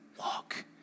walk